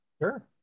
Sure